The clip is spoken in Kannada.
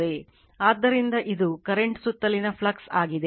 ಆದ್ದರಿಂದ ಇದು ಕರೆಂಟ್ ಸುತ್ತಲಿನ ಫ್ಲಕ್ಸ್ ಆಗಿದೆ